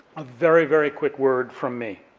a very, very quick word from me,